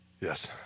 Yes